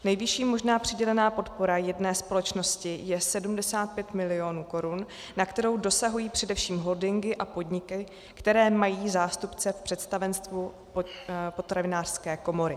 Nejvyšší možná přidělená podpora jedné společnosti je 75 milionů korun, na kterou dosahují především holdingy a podniky, které mají zástupce v představenstvu Potravinářské komory.